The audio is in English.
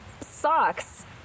Socks